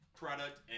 product